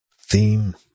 theme